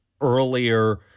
earlier